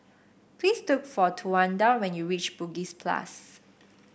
please look for Towanda when you reach Bugis Plus